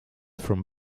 from